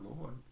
Lord